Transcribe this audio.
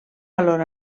valor